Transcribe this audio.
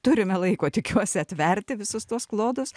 turime laiko tikiuosi atverti visus tuos klodus